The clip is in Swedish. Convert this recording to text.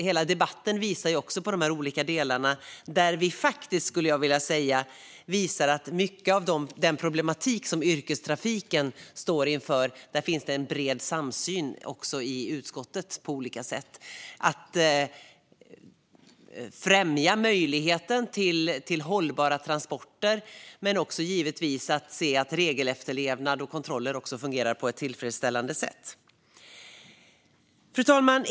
Hela debatten visar också på de olika delarna, och jag skulle vilja säga att vi faktiskt visar att det finns en bred samsyn i utskottet gällande mycket av den problematik som yrkestrafiken står inför. Det handlar om att främja möjligheten till hållbara transporter men givetvis också om att se till att regler efterlevs och att kontroller fungerar på ett tillfredsställande sätt. Fru talman!